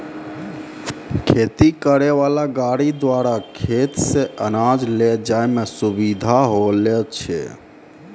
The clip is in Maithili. खेती करै वाला गाड़ी द्वारा खेत से अनाज ले जाय मे सुबिधा होलो छै